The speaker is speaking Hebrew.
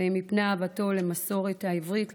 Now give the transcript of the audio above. ואם מפני אהבתו למסורת העברית,